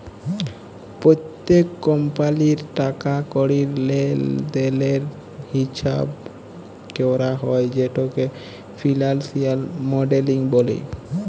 প্যত্তেক কমপালির টাকা কড়ির লেলদেলের হিচাব ক্যরা হ্যয় যেটকে ফিলালসিয়াল মডেলিং ব্যলে